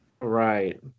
Right